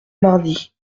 mardi